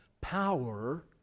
power